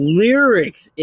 lyrics